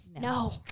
No